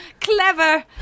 Clever